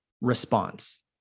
response